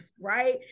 right